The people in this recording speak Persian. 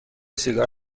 سیگار